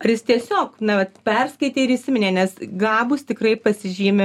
ar jis tiesiog na vat perskaitė ir įsiminė nes gabūs tikrai pasižymi